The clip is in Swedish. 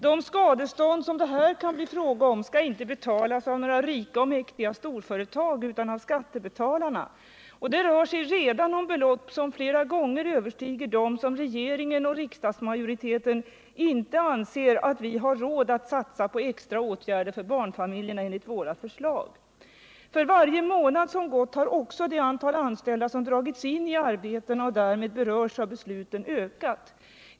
Det skadestånd som det här kan bli fråga om skall inte betalas av några rika och mäktiga storföretag utan av skattebetalarna. Det rör sig redan om belopp som flera gånger överstiger dem som regeringen och riksdagsmajoriteten inte anser att vi har råd att enligt våra förslag satsa på extra åtgärder för barnfamiljerna. För varje månad som gått har också det antal anställda som dragits in i arbetena och därmed berörs av besluten ökat.